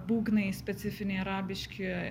būgnai specifiniai arabiški